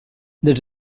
des